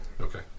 Okay